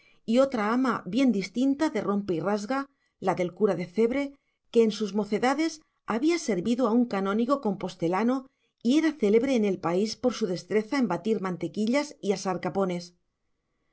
y otra ama bien distinta de rompe y rasga la del cura de cebre que en sus mocedades había servido a un canónigo compostelano y era célebre en el país por su destreza en batir mantequillas y asar capones